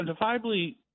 identifiably